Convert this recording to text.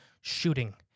shooting